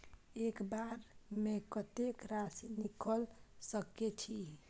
एक बार में कतेक राशि निकाल सकेछी?